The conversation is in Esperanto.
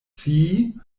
scii